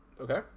Okay